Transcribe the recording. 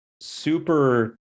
super